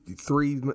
three